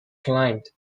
climbed